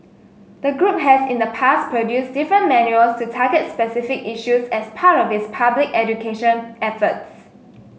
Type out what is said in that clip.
the group has in the past produced different manuals to target specific issues as part of its public education efforts